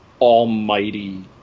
almighty